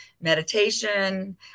meditation